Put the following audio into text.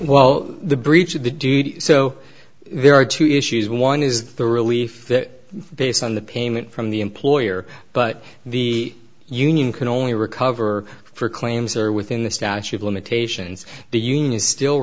well the breach of the duty so there are two issues one is the relief that based on the payment from the employer but the union can only recover for claims are within the statute of limitations the union is still